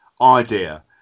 idea